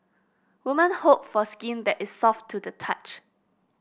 woman hope for skin that is soft to the touch